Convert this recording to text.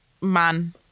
man